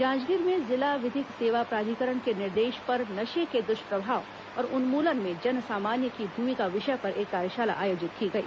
जांजगीर में जिला विधिक सेवा प्राधिकरण के निर्देश पर नशे के दुष्प्रभाव और उन्मूलन में जन सामान्य की भूमिका विषय पर एक कार्यशाला आयोजित की गई